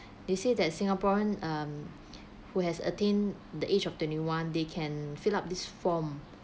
they say that singaporean um who has attained the age of twenty one they can fill up this form